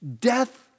Death